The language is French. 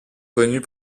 connues